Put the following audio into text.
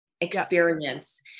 experience